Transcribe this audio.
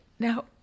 Now